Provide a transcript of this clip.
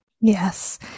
Yes